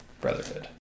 Brotherhood